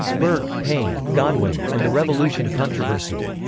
burke, paine, godwin, and the revolution controversy.